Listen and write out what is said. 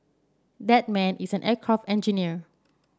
that man is an aircraft engineer